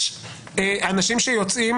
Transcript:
יש אנשים שיוצאים